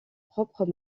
propres